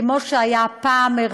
כמו שהיה פעם.